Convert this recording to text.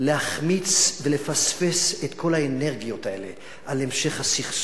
להחמיץ ולפספס את כל האנרגיות האלה על המשך הסכסוך,